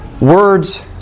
Words